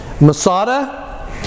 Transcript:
Masada